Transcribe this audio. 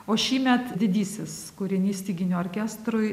o šįmet didysis kūrinys styginių orkestrui